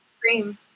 cream